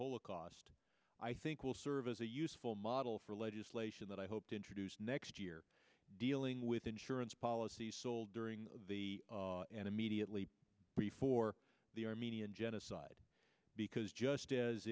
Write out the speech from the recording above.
accost i think will serve as a useful model for legislation that i hope to introduce next year dealing with insurance policies sold during and immediately before the armenian genocide because just as